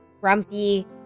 Grumpy